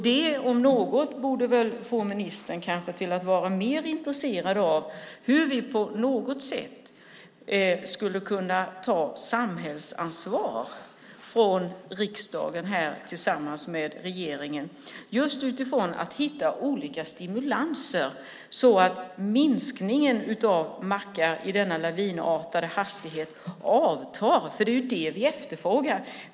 Det om något borde väl få ministern att vara mer intresserad av hur vi från riksdagen tillsammans med regeringen skulle kunna ta ett samhällsansvar just för att hitta olika stimulanser så att minskningen av mackar med denna lavinartade hastighet avtar. Det är det vi efterfrågar.